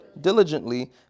Diligently